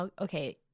okay